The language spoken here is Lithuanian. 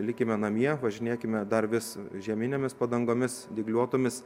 likime namie važinėkime dar vis žieminėmis padangomis dygliuotomis